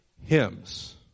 hymns